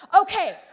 Okay